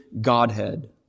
Godhead